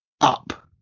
up